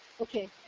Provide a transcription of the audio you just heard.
okay